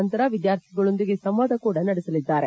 ಜತೆಗೆ ವಿದ್ಯಾರ್ಥಿಗಳೊಂದಿಗೆ ಸಂವಾದ ಕೂಡ ನಡೆಸಲಿದ್ದಾರೆ